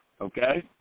Okay